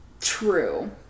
True